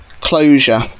closure